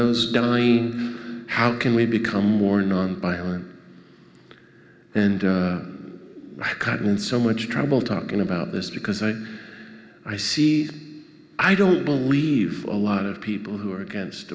those how can we become more nonviolent and gotten so much trouble talking about this because i i see i don't believe a lot of people who are against